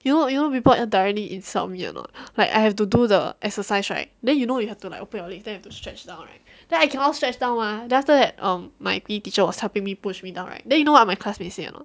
you know you know people directly insult me or not like I have to do the exercise right then you know you have to like open your legs then have to stretch down right then I cannot stretch down ah then after that my P_E teacher was helping me pushed me down right then you know what my classmate say or not